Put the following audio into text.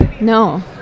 no